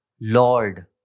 Lord